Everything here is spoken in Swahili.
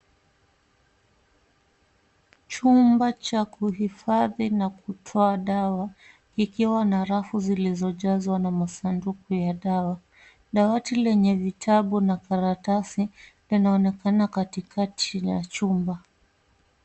Chumba cha kuhifadhi na kutoa dawa kikiwa na rafu zilizo jazwa na masanduku ya dawa. Dawati lenye vitabu na karatasi linaonekana katikati ya chumba.